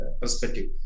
perspective